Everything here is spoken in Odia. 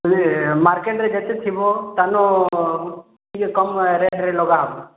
ଇଏ ମାର୍କେଟ ରେ ଯେତେ ଥିବ ତନୋ ଟିକେ କମ୍ ରେଟ ରେ ଲଗାହବ